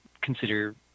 consider